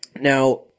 Now